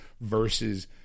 versus